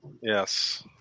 Yes